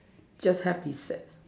just have the set